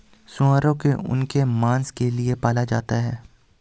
सूअरों को उनके मांस के लिए पाला जाता है